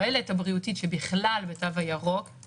אבל דווקא המודל הזה,